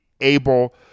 able